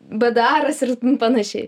bdaras ir panašiai